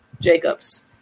Jacobs